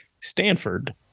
Stanford